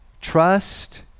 trust